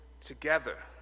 together